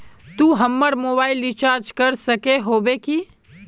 तू हमर mobile recharge कर सके होबे की?